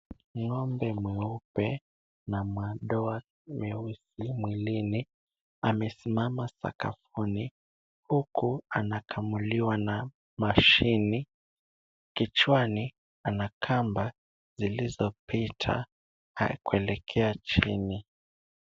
Ng'ombe mweupe na madoa meusi mwilini. Amesimama sakafuni, huku anakamuliwa na mashini .Kichwani ana kamba zilizopita kuelekea chini.